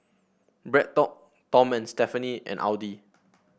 Bread Talk Tom and Stephanie and Audi